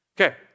Okay